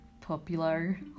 popular